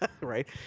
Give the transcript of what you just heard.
Right